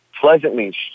pleasantly